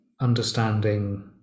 understanding